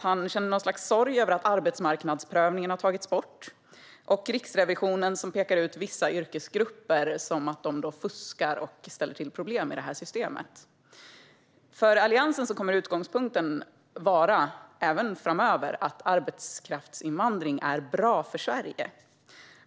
Han känner något slags sorg över att arbetsmarknadsprövningen har tagits bort och att Riksrevisionen pekar ut vissa yrkesgrupper som att de fuskar och ställer till med problem i det här systemet. För Alliansen kommer utgångspunkten även framöver att vara att arbetskraftsinvandring är bra för Sverige.